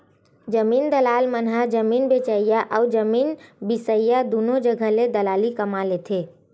जमीन दलाल मन ह जमीन बेचइया अउ जमीन बिसईया दुनो जघा ले दलाली कमा लेथे